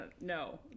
No